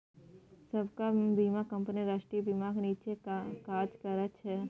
सबटा बीमा कंपनी राष्ट्रीय बीमाक नीच्चेँ काज करय छै